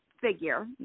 figure